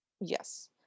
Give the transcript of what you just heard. Yes